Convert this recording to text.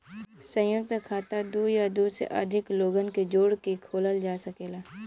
संयुक्त खाता दू या दू से अधिक लोगन के जोड़ के खोलल जा सकेला